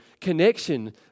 connection